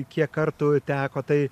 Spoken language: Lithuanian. kiek kartų teko tai